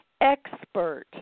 expert